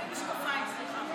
הצבעה.